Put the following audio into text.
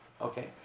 Okay